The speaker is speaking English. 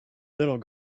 little